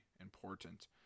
important